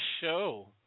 show